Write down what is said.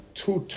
two